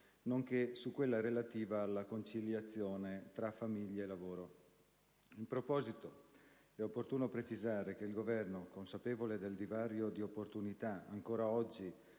nonché su quella relativa alla conciliazione tra famiglia e lavoro. In proposito è opportuno precisare che il Governo - consapevole del divario di opportunità, ancora oggi,